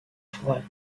froides